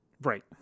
Right